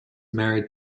married